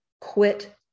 quit